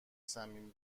صمیمی